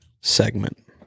segment